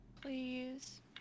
Please